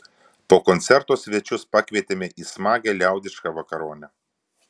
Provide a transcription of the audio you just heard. po koncerto svečius pakvietėme į smagią liaudišką vakaronę